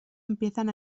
empiezan